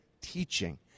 teaching